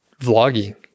vlogging